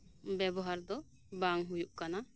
ᱵᱮᱵᱚᱦᱟᱨ ᱫᱚ ᱵᱟᱝ ᱦᱩᱭᱩᱜ ᱠᱟᱱᱟ